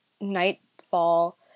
Nightfall